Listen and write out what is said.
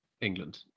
England